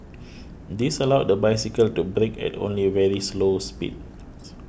this allowed the bicycle to brake at only very slow speeds